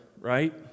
right